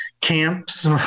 camps